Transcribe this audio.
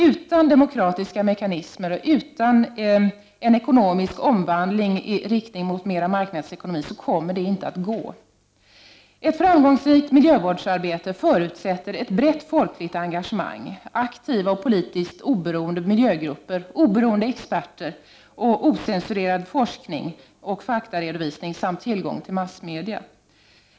Utan demokratiska mekanismer och utan en ekonomisk omvandling i riktning mot mera marknadsekonomi kommer detta inte att gå. Ett framgångsrikt miljövårdsarbete förutsätter ett brett folkligt engage 73 mang, aktiva och politiskt oberoende miljögrupper, oberoende experter, ocensurerad forskning och faktaredovisning samt tillgång till massmedia.